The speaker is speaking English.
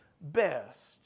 best